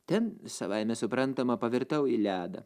ten savaime suprantama pavirtau į ledą